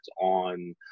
on